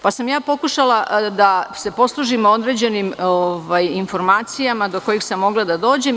Pokušala sam da se poslužim određenim informacijama do kojih sam mogla da dođem.